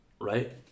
right